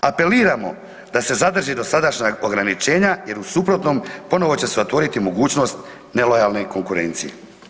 Apeliramo da se zadrži dosadašnja ograničenja jer u suprotnom ponovno će se otvoriti mogućnost nelojalne konkurencije.